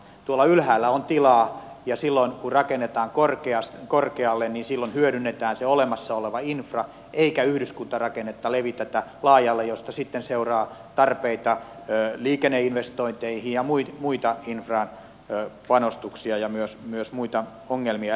tuolla ylhäällä on tilaa ja silloin kun rakennetaan korkealle hyödynnetään se olemassa oleva infra eikä yhdyskuntarakennetta levitetä laajalle mistä sitten seuraa tarpeita liikenneinvestointeihin ja muita infrapanostuksia ja myös muita ongelmia